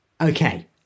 Okay